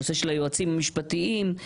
הנושא של היועצים המשפטיים,